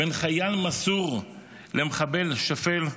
בין חייל מסור למחבל שפל,